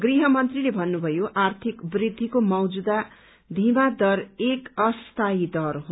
गृहमन्त्रीले भन्नुभयो आर्थिक वृद्धिको मौजूदा धीमा दर एक अस्थायी दौर हो